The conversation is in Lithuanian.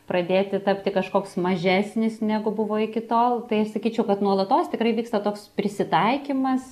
pradėti tapti kažkoks mažesnis negu buvo iki tol tai aš sakyčiau kad nuolatos tikrai vyksta toks prisitaikymas